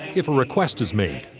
if a request is made.